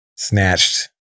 snatched